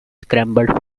scrambled